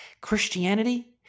Christianity